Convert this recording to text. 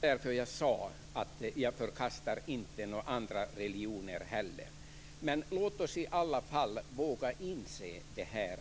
Herr talman! Det var därför jag sade att jag inte förkastar några andra religioner heller. Låt oss i alla fall våga inse